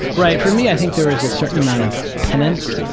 right. for me i think there is a certain amount of penance.